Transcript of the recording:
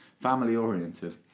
family-oriented